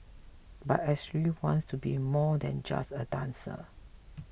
but Ashley wants to be more than just a dancer